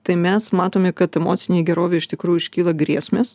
tai mes matome kad emocinei gerovei iš tikrųjų iškyla grėsmės